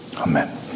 Amen